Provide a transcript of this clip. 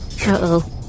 Uh-oh